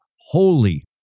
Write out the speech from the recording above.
holy